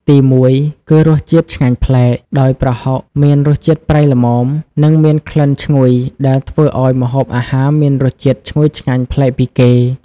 ទីមួយ គឺ រសជាតិឆ្ងាញ់ប្លែក ដោយប្រហុកមានរសជាតិប្រៃល្មម និងមានក្លិនឈ្ងុយដែលធ្វើឱ្យម្ហូបអាហារមានរសជាតិឈ្ងុយឆ្ងាញ់ប្លែកពីគេ។